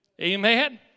Amen